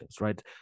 right